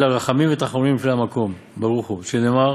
אלא רחמים ותחנונים לפני המקום ברוך הוא, שנאמר